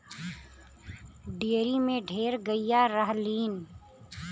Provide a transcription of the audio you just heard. dairy में ढेर गइया रहलीन